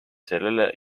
sellele